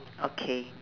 okay